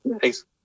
Thanks